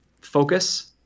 focus